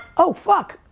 oh fuck,